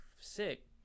sick